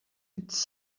it’s